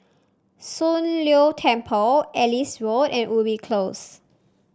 Soon Leng Temple Ellis Road and Ubi Close